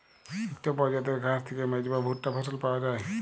ইকট পরজাতির ঘাঁস থ্যাইকে মেজ বা ভুট্টা ফসল পাউয়া যায়